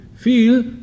feel